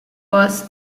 was